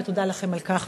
ותודה לכם על כך.